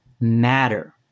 matter